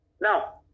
Now